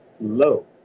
low